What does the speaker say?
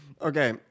Okay